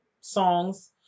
songs